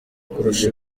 kurusha